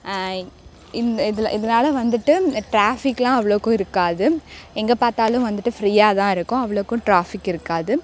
இந்த இதில் இதனால் வந்துட்டு டிராஃபிக்லாம் அவ்வளோக்கு இருக்காது எங்கே பார்த்தாலும் வந்துட்டு ஃப்ரீயாதா இருக்கும் அவ்வளோக்கும் டிராஃபிக் இருக்காது